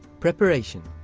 preparation